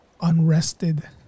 unrested